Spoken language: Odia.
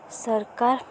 ସରକାର